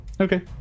Okay